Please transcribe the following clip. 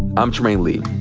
i'm trymaine lee.